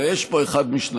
הרי יש פה אחד משניים: